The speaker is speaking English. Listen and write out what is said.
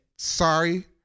Sorry